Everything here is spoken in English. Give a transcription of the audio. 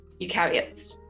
eukaryotes